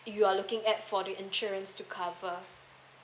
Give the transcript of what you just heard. you are looking at for the insurance to cover